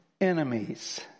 enemies